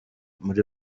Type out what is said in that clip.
muri